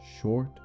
Short